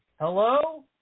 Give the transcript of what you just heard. Hello